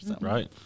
Right